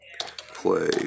play